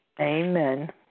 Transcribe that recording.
Amen